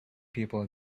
people